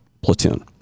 platoon